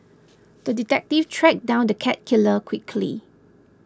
the detective tracked down the cat killer quickly